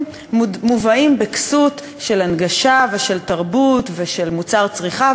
מובאים בכסות של הנגשה ושל תרבות ושל מוצר צריכה,